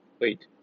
Wait